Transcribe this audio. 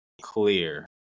clear